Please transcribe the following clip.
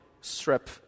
strip